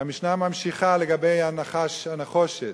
והמשנה ממשיכה לגבי נחש הנחושת: